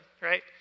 Right